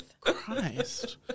Christ